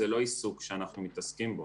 זה לא עיסוק שאנחנו מתעסקים בו.